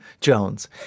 Jones